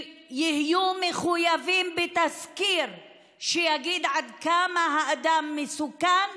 יהיו מחויבים בתסקיר שיגיד עד כמה האדם מסוכן